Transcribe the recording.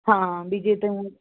ਹਾਂ ਵੀ ਜੇ ਤੂੰ